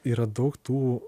yra daug tų